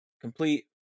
Complete